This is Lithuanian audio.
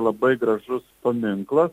labai gražus paminklas